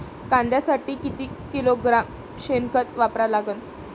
कांद्यासाठी किती किलोग्रॅम शेनखत वापरा लागन?